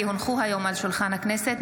כי הונחו היום על שולחן הכנסת,